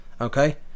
Okay